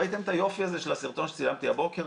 ראיתם את היופי הזה של הסרטון שצילמתי הבוקר,